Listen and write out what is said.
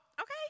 Okay